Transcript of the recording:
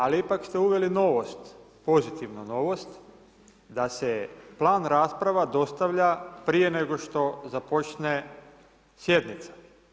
Ali ipak ste uveli novost, pozitivno novost, da se plan rasprava dostavlja prije nego što započne sjednica.